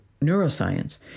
neuroscience